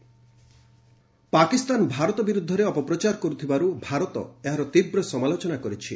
Indo Pak Pakistan Bharat ବିରୁଦ୍ଧରେ ଅପପ୍ରଚାର କରୁଥିବାରୁ ଭାରତ ଏହାର ତୀବ୍ର ସମାଲୋଚନା କରିଛି